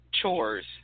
chores